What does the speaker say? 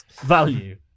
value